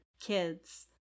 kids